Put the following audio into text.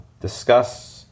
discuss